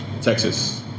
Texas